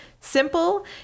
simple